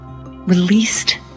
released